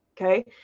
okay